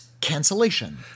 cancellation